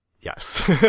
Yes